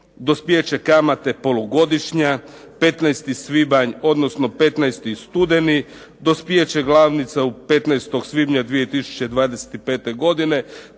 dospijeće kamate polugodišnja, 15. svibanj, odnosno 15. studeni. Dospijeće glavnice 15. svibnja 2025. godine.